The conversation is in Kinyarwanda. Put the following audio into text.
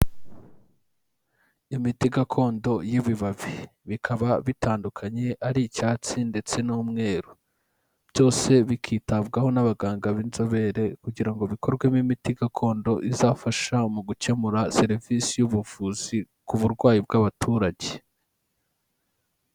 Imiti gakondo y'ibibabi, bikaba bitandukanye, ari icyatsi ndetse n'umweru, byose bikitabwaho n'abaganga b'inzobere kugira ngo bikorwemo imiti gakondo izafasha mu gukemura serivisi y'ubuvuzi ku burwayi bw'abaturage.